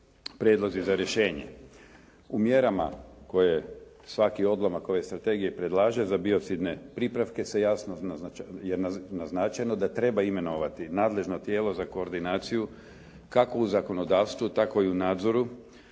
prijedlozi za rješenje. U mjerama koje svaki odlomak ove strategije predlaže za biocidne pripravke se jasno, je naznačeno da treba imenovati nadležno tijelo za koordinaciju kako u zakonodavstvu tako i u nadzoru,